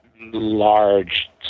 large